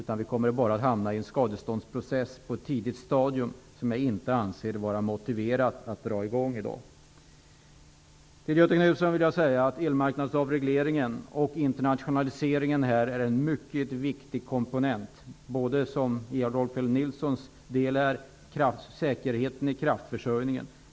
Då kommer vi bara att på ett tidigt stadium hamna i en skadeståndsprocess. Jag anser inte att det är motiverat att dra i gång en sådan process i dag. Till Göthe Knutson vill jag säga att elmarknadsavregleringen och internationaliseringen är mycket viktiga komponenter. Det gäller också Rolf L Nilsons frågor om säkerheten i kraftförsörjningen.